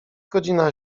godzina